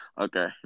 Okay